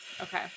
okay